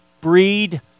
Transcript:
breed